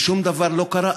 ושום דבר לא קרה.